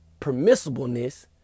permissibleness